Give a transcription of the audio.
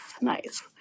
nice